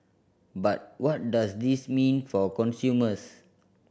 but what does this mean for consumers